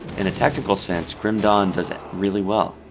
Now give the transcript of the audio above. in a technical sense, grim dawn does really well.